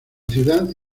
ciudad